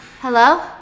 Hello